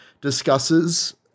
discusses